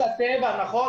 רשות הטבע, נכון.